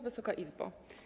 Wysoka Izbo!